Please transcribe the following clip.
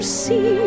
see